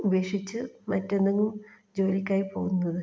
ഉപേക്ഷിച്ച് മറ്റെന്തെങ്കിലും ജോലിക്കായി പോകുന്നത്